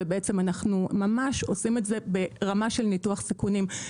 ובעצם אנחנו ממש עושים את זה ברמה של ניתוח סיכונים.